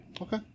okay